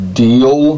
deal